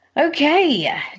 Okay